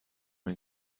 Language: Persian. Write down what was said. این